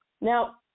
Now